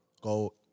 go